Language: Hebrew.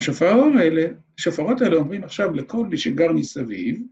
השופרות האלה אומרים עכשיו לכל מי שגר מסביב,